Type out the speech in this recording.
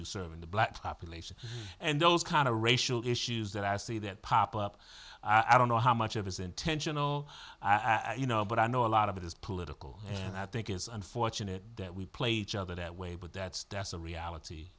you serve in the black population and those kind of racial issues that i see that pop up i don't know how much of it's intentional i you know but i know a lot of it is political and i think it's unfortunate that we play each other that way but that's that's the reality